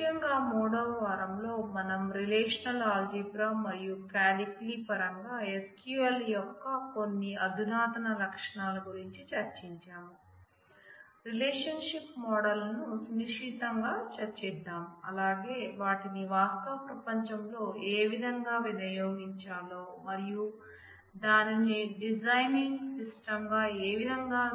ముఖ్యంగా మూడవ వారంలో మనం రిలేషనల్ ఆల్జీబ్రా గా ఏ విధంగా